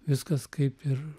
viskas kaip ir